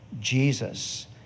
Jesus